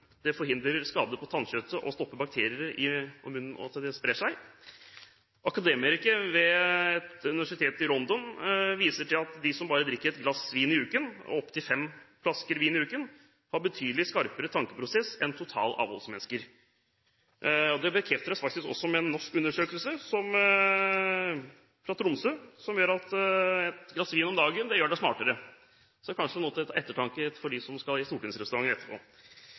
bakterier i munnen sprer seg. Akademikere ved et universitet i London viser til at de som bare drikker et glass vin i uken og opptil fem flasker vin i uken, hadde betydelig skarpere tankeprosess enn totalavholdsmennesker. Det bekreftes også av en norsk undersøkelse fra Tromsø, som sier at et glass vin om dagen gjør deg smartere. Det er kanskje noe til ettertanke for dem som skal i stortingsrestauranten etterpå.